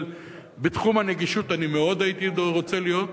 אבל בתחום הנגישות אני מאוד הייתי רוצה להיות.